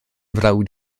frawd